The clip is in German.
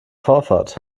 vorfahrt